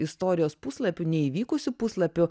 istorijos puslapių neįvykusių puslapių